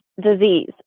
disease